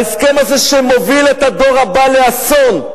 ההסכם הזה, שמוביל את הדור הבא לאסון.